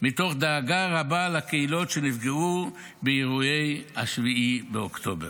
מתוך דאגה רבה לקהילות שנפגעו באירועי 7 באוקטובר.